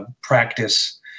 practice